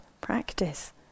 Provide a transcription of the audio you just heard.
practice